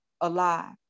alive